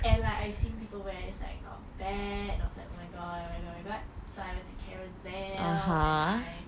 and like I see people wear and like not bad oh my god oh my god so I went to carousell and buy